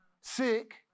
sick